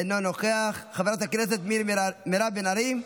אינו נוכח, חברת הכנסת מירב בן ארי,